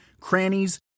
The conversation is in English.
crannies